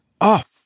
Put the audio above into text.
Off